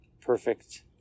perfect